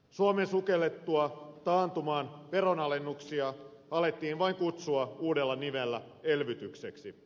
suomen sukellettua taantumaan veronalennuksia alettiin vain kutsua uudella nimellä elvytykseksi